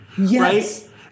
Yes